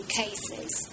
cases